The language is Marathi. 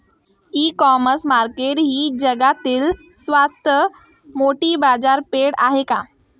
इ कॉमर्स मार्केट ही जगातील सर्वात मोठी बाजारपेठ आहे का?